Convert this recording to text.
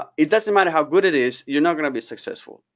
ah it doesn't matter how good it is, you're not going to be successful,